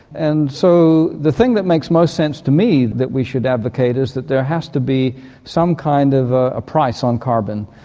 and so the thing that makes most sense to me that we should advocate is that there has to be some kind of a price on carbon,